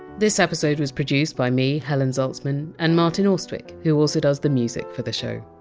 this episode was produced by me, helen zaltzman, and martin austwick, who also does the music for the show.